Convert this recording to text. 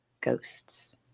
ghosts